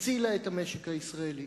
הצילה את המשק הישראלי.